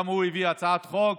גם הוא הביא הצעת חוק,